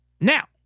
Now